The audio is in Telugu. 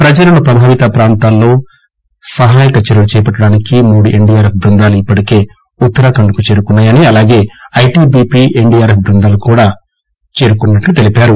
ప్రజలను ప్రభావిత ప్రాంతాల్లో సహాయ చర్యలు చేపట్టడానికి మూడు ఎన్డీఆర్ఎఫ్ బృందాలు ఇప్పటికే ఉత్తరాఖండ్ కు చేరుకున్నాయని అలాగే ఐటిబిపి ఎస్టీఆర్ ఎఫ్ బృందాలు కూడా చేరుకున్నట్లు తెలిపారు